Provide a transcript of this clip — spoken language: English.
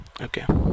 okay